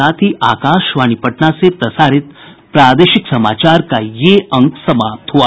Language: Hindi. इसके साथ ही आकाशवाणी पटना से प्रसारित प्रादेशिक समाचार का ये अंक समाप्त हुआ